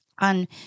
On